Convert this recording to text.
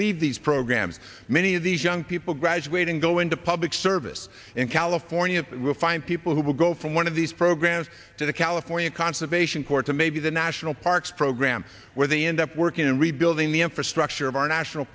leave these programs many of these young people graduating go into public service in california will find people who will go from one of these programs to the california conservation corps to maybe the national parks program where they end up working in rebuilding the infrastructure of our national